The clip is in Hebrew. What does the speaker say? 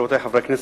רבותי חברי הכנסת,